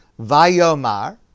Vayomar